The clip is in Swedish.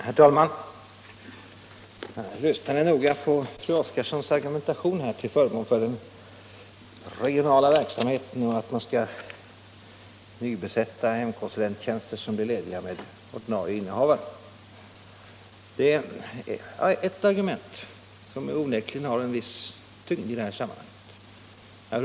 Herr talman! Jag lyssnade noga på fru Oskarssons argumentation för den regionala verksamheten och för att man skall nybesätta ledigblivna hemkonsulenttjänster med ordinarie innehavare. Det är ett argument som onekligen har en viss tyngd i detta sammanhang.